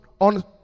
on